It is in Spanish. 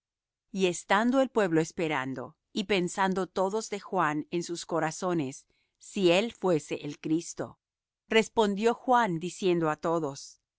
y estando el pueblo esperando y pensando todos de juan en sus corazones si él fuese el cristo respondió juan diciendo á todos